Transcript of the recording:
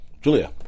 Julia